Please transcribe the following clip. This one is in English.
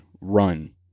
run